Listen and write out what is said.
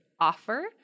offer